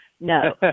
no